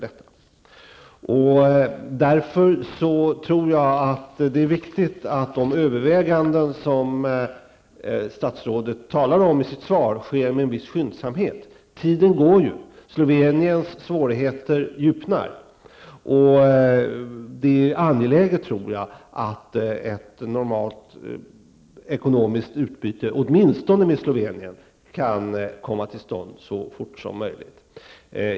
Jag tror att det är viktigt att de överväganden som statsrådet talar om i sitt svar sker med viss skyndsamhet. Tiden går. Sloveniens svårigheter djupnar. Det är angeläget att ett normalt ekonomiskt utbyte åtminstone med Slovenien kan komma till stånd så fort som möjligt.